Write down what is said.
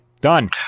Done